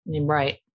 right